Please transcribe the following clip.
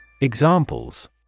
Examples